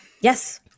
yes